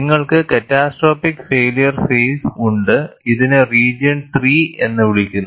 നിങ്ങൾക്ക് catastrophic failure phase ഉണ്ട് ഇതിനെ റീജിയൺ 3 എന്ന് വിളിക്കുന്നു